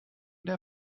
der